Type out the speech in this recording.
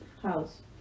House